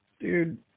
dude